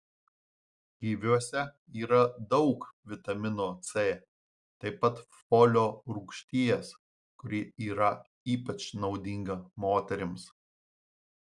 kiviuose yra daug vitamino c taip pat folio rūgšties kuri yra ypač naudinga moterims